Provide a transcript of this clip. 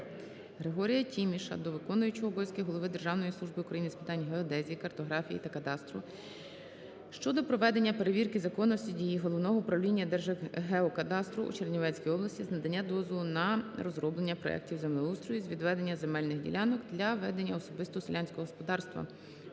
Григорія Тіміша до виконуючого обов'язки голови Державної служби України з питань геодезії, картографії та кадастру щодо проведення перевірки законності дій Головного управління Держгеокадастру у Чернівецькій області з надання дозволу на розроблення проектів землеустрою з відведення земельних ділянок для ведення особистого селянського господарства